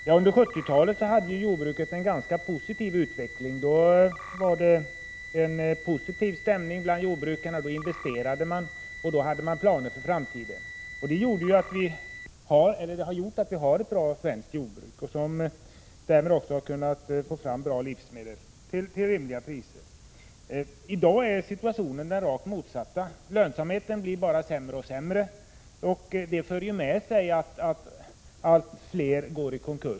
Herr talman! Under 1970-talet hade jordbruket en ganska positiv utveckling. Stämningen bland jordbrukarna var god, och de investerade och hade planer för framtiden. Detta har gjort att vi i Sverige har ett bra jordbruk, som kunnat få fram bra livsmedel till rimliga priser. I dag är situationen den rakt motsatta. Lönsamheten blir bara sämre och sämre, vilket för med sig att allt fler jordbrukare går i konkurs.